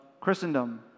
Christendom